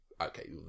okay